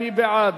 מי בעד?